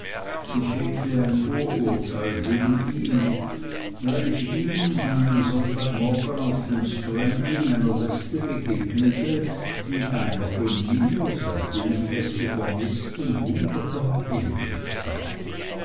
ich hegte ein vorurteil gegen ihn weil ich ihn an einem sonntagmorgen auf dem strand in einer weste begegnete die einer von mir seit jenem feste vermißten wunderbar ähnlich sah